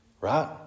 Right